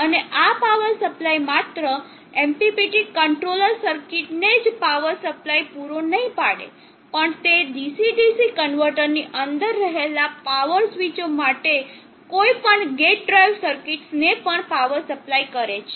હવે આ power supply માત્ર MPPT કંટ્રોલર સર્કિટ ને જ પાવર સપ્લાય પૂરો નહીં પાડે પણ તે DC DC કન્વર્ટરની અંદર રહેલા પાવર સ્વીચો માટે કોઈપણ ગેટ ડ્રાઇવર સર્કિટ્સ ને પણ પાવર સપ્લાય કરે છે